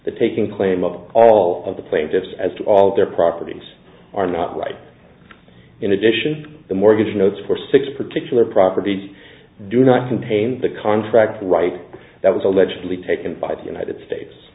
the taking claim of all of the plaintiffs as to all their properties are not right in addition the mortgage notes for six particular properties do not contain the contract right that was allegedly taken by the united states